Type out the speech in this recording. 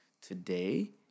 today